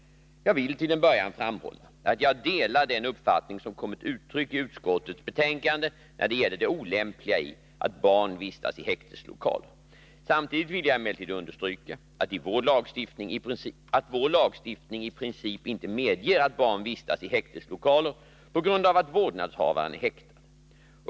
Jag vill till en början framhålla att jag delar den uppfattning som kommit till uttryck i utskottets betänkande när det gäller det olämpliga i att barn vistas i häkteslokaler. Samtidigt vill jag emellertid understryka att vår lagstiftning i princip inte medger att barn vistas i häkteslokaler på grund av att vårdnadshavaren är häktad.